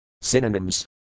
Synonyms